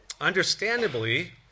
Understandably